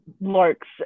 larks